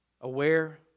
aware